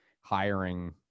hiring